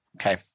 Okay